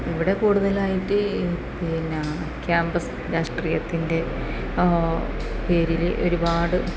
ഇവിടെ കൂടുതലായിട്ട് പിന്നെ ക്യാമ്പസ് രാഷ്ട്രീയത്തിൻ്റെ പേരിൽ ഒരുപാട്